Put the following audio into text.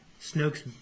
snoke's